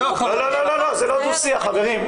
לא, לא, לא, זה לא דו שיח, חברים.